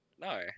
No